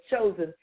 chosen